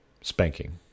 Spanking